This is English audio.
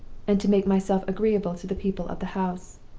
and to make myself agreeable to the people of the house.